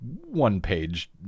one-page